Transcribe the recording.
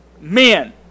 men